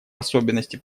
особенности